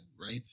right